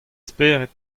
spered